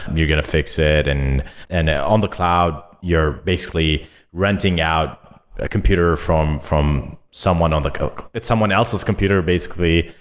you're going to fix it. and and on the cloud, you're basically renting out a computer from from someone on the it's someone else's computer basically,